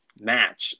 match